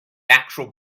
actual